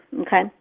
Okay